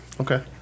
Okay